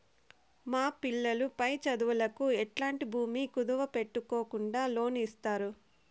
మా పిల్లలు పై చదువులకు ఎట్లాంటి భూమి కుదువు పెట్టుకోకుండా లోను ఇస్తారా